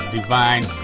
divine